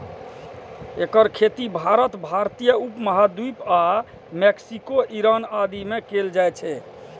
एकर खेती भारत, भारतीय उप महाद्वीप आ मैक्सिको, ईरान आदि मे कैल जाइ छै